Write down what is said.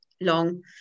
long